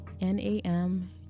n-a-m